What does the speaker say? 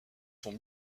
sont